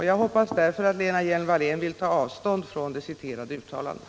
Jag hoppas därför att Lena Hjelm-Wallén vill ta avstånd från det citerade uttalandet.